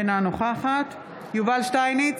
אינה נוכחת יובל שטייניץ,